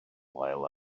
wael